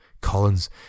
Collins